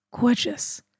Gorgeous